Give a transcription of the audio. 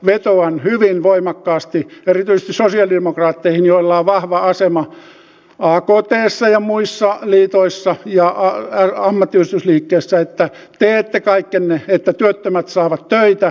vetoan hyvin voimakkaasti erityisesti sosialidemokraatteihin joilla on vahva asema aktssa ja muissa liitoissa ja ammattiyhdistysliikkeessä että teette kaikkenne että työttömät saavat töitä